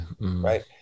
right